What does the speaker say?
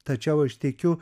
tačiau aš tikiu